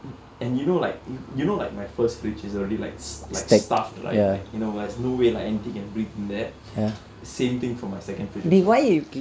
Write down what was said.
and you know like you you know like my first fridge is already like like stuffed right like you know there's no way like anything can breathe in there same thing for my second fridge